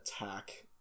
attack